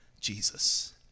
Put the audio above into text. Jesus